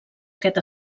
aquest